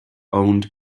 owned